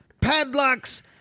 padlocks